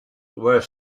were